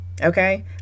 Okay